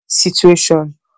situation